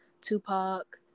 Tupac